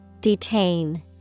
Detain